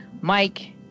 Mike